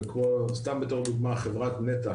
וסתם בתור דוגמא חברת נצח,